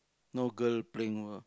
no girl playing w~